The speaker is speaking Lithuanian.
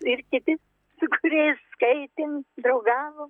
ir kiti su kuriais skaitėm draugavom